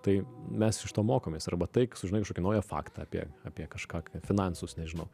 tai mes iš to mokomės arba taik sužinai kažkokį naują faktą apie apie kažką ką finansus nežinau